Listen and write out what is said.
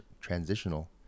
transitional